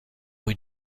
rue